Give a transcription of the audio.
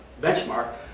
benchmark